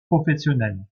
professionnels